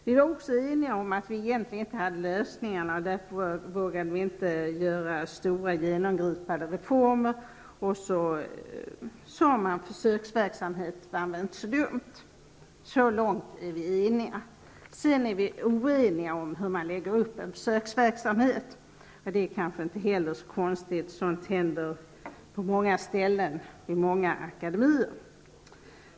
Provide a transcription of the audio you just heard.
Vi var och är också eniga om att vi egentligen inte hade lösningarna och att vi därför inte vågade genomföra stora och genomgripande reformer. Därför sade vi att det kanske inte vore så dumt med försöksverksamhet. Så långt är vi eniga. Sedan är vi oeniga om hur man lägger upp en försöksverksamhet. Det är kanske inte heller så konstigt. Sådant händer på många ställen, i många akademier.